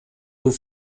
aux